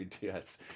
Yes